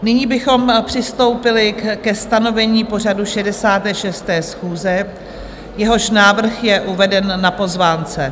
Nyní bychom přistoupili ke stanovení pořadu 66. schůze, jehož návrh je uveden na pozvánce.